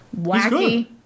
wacky